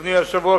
אדוני היושב-ראש,